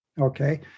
okay